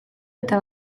eta